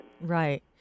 right